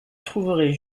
trouveraient